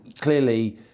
clearly